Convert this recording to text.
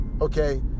okay